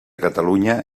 catalunya